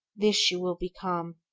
this you will become.